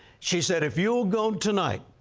she said, if you will go tonight,